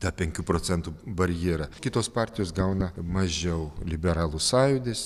tą penkių procentų barjerą kitos partijos gauna mažiau liberalų sąjūdis